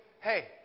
hey